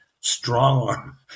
strong-arm